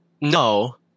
no